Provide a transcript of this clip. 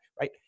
right